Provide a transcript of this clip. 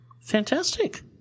Fantastic